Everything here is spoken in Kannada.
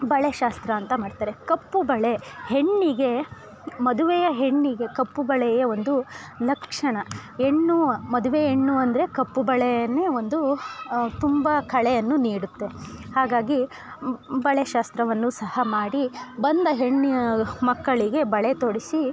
ಬಳೆ ಶಾಸ್ತ್ರ ಅಂತ ಮಾಡ್ತಾರೆ ಕಪ್ಪು ಬಳೆ ಹೆಣ್ಣಿಗೆ ಮದುವೆಯ ಹೆಣ್ಣಿಗೆ ಕಪ್ಪು ಬಳೆಯೇ ಒಂದು ಲಕ್ಷಣ ಹೆಣ್ಣು ಮದುವೆ ಹೆಣ್ಣು ಅಂದರೆ ಕಪ್ಪು ಬಳೆಯನ್ನೇ ಒಂದು ತುಂಬ ಕಳೆಯನ್ನು ನೀಡುತ್ತೆ ಹಾಗಾಗಿ ಬಳೆ ಶಾಸ್ತ್ರವನ್ನು ಸಹ ಮಾಡಿ ಬಂದ ಹೆಣ್ಣಿನ ಮಕ್ಕಳಿಗೆ ಬಳೆ ತೊಡಿಸಿ